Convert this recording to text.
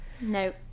No